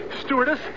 Stewardess